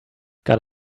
got